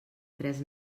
tres